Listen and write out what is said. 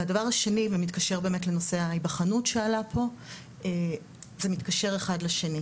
והדבר השני ומתקשר באמת לנושא ההיבחנות שעלה פה זה מתקשר אחד לשני,